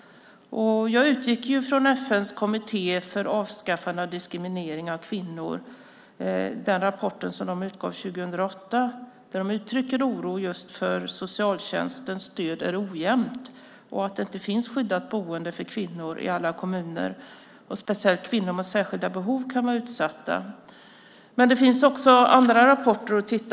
Jag utgick från FN:s kommitté för avskaffande av diskriminering av kvinnor och den rapport den utgav 2008. Där uttrycker man oro just för att socialtjänstens stöd är ojämnt och att det inte finns skyddat boende för kvinnor i alla kommuner. Speciellt kan kvinnor med särskilda behov vara utsatta. Men det finns också andra rapporter att titta på.